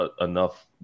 enough